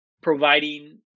providing